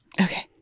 Okay